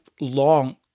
long